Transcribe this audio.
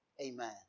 Amen